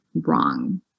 wrong